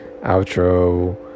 outro